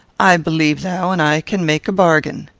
i believe thou and i can make a bargain.